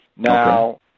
Now